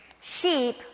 Sheep